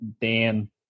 Dan –